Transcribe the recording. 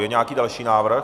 Je nějaký další návrh?